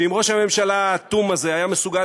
שאם ראש הממשלה האטום הזה היה מסוגל